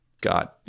god